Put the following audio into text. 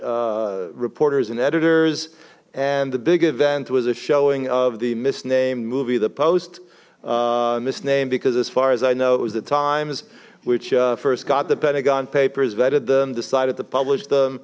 reporters and editors and the big event was a showing of the miss named movie the post miss named because as far as i know it was at times which first got the pentagon papers vetted them decided to publish them